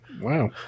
wow